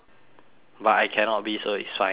but I cannot be so it's fine I accept